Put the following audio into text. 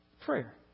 Prayer